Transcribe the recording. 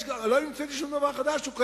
לא המצאתי שום דבר חדש, הוא קיים.